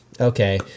Okay